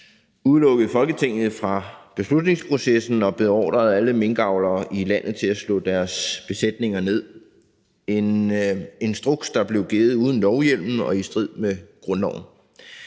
udelukke Folketinget fra beslutningsprocessen og beordrede alle minkavlere i landet til at slå deres besætninger ned; en instruks, der blev givet uden lovhjemmel og i strid med grundloven.